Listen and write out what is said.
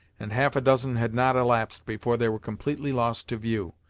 and half a dozen had not elapsed before they were completely lost to view.